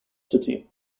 city